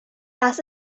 das